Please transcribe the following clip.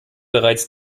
bereits